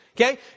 Okay